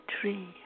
tree